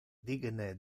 digne